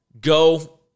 go